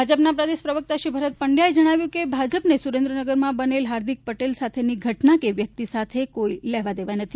ભાજપના પ્રદેશ પ્રવક્તા શ્રી ભરત પંડ્યાએ જણાવ્યું છે કે ભાજપને સુરેન્દ્રનગરમાં બનેલ હાર્દિક પટેલ સાથેની ઘટના કે વ્યક્તિ સાથે કોઈ લેવાદેવા નથી